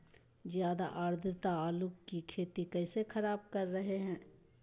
ज्यादा आद्रता आलू की खेती कैसे खराब कर रहे हैं?